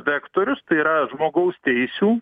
vektorius tai yra žmogaus teisių